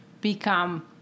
become